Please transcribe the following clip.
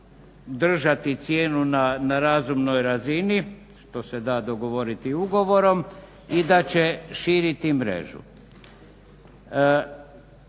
držati cijenu na razumnoj razini što se da dogovoriti ugovorom i da će širiti mrežu.